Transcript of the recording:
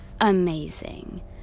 amazing